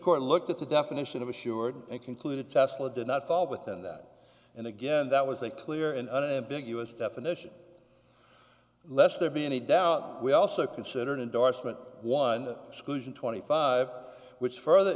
court looked at the definition of assured and concluded tesla did not fall within that and again that was a clear and unambiguous definition lest there be any doubt we also considered endorsement one exclusion twenty five which further